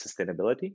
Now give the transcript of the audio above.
sustainability